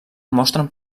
mostren